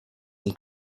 and